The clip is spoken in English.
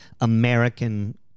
american